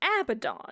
Abaddon